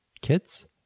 kids